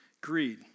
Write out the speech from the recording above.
Greed